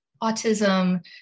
autism